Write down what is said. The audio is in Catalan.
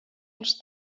els